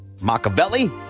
Machiavelli